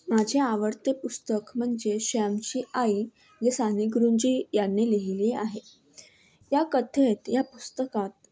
माझे आवडते पुस्तक म्हणजे श्यामची आई हे साने गुरुजी यांनी लिहिले आहे या कथेत या पुस्तकात